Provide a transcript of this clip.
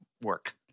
work